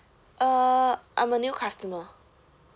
uh I'm a new customer